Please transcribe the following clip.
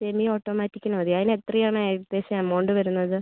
ഇനി ഓട്ടോമാറ്റിക്കിൻ്റെ മതി അതിന് എത്രയാന്ന് ഏകദേശം എമൗണ്ട് വരുന്നത്